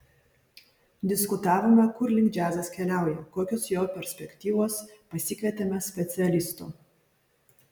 diskutavome kur link džiazas keliauja kokios jo perspektyvos pasikvietėme specialistų